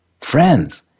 friends